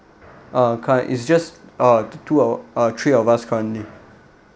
uh currently is just uh two of uh three of us currently